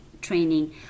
training